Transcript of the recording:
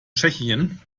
tschechien